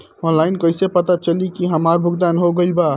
Online कईसे पता चली की हमार भुगतान हो गईल बा?